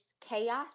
chaos